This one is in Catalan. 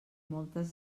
moltes